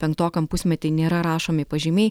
penktokam pusmetį nėra rašomi pažymiai